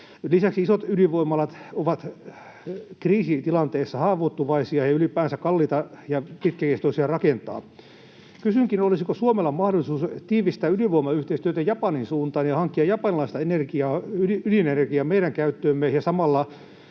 Lisäksi isot ydinvoimalat ovat kriisitilanteessa haavoittuvaisia ja ylipäänsä kalliita ja pitkäkestoisia rakentaa. Kysynkin, olisiko Suomella mahdollisuus tiivistää ydinvoimayhteistyötä Japanin suuntaan, hankkia japanilaista ydinenergiaa meidän käyttöömme ja samalla